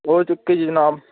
कोई चक्कर निं जनाब